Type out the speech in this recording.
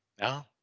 no